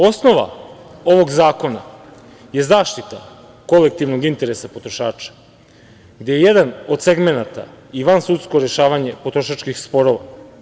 Osnova ovog zakona je zaštita kolektivnog interesa potrošača, gde je jedan od segmenata i vansudsko rešavanje potrošačkih sporova.